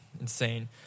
insane